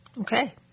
Okay